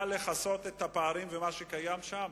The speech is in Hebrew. כדי לכסות על הפערים ומה שקיים שם.